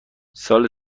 سال